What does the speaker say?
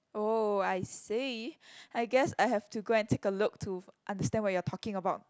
oh I see I guess I have to go and take a look to understand what you are talking about